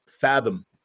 fathom